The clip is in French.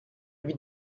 lui